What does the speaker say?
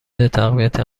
تقویت